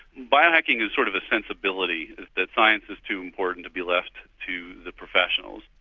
biohacking is sort of a sensibility that science is too important to be left to the professionals.